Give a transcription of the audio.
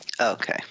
Okay